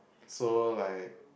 so like